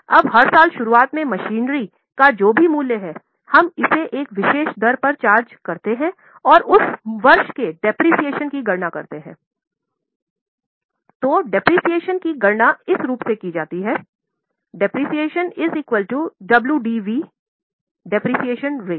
तो मूल्यह्रास की गणना इस रूप में की जाती है मूल्यह्रास डब्ल्यूडीवी मूल्यह्रास दर